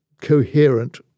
coherent